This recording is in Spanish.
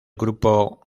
grupo